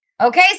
Okay